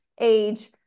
age